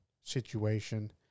situation